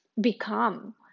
become